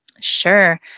Sure